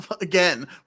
Again